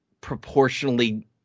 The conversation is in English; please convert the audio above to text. proportionally